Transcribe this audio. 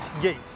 gate